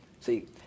See